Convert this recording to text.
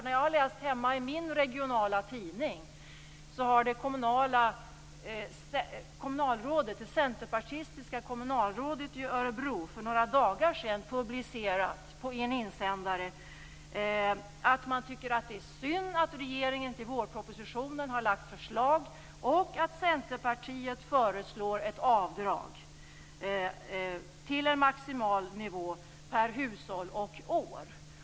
När jag hemma har läst i min regionala tidning har jag sett att det centerpartistiska kommunalrådet i Örebro för några dagar sedan i en insändare publicerat att man tycker att det är synd att regeringen i vårpropositionen har lagt fram förslag och att Centerpartiet föreslår ett avdrag till en maximal nivå per hushåll och år.